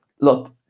Look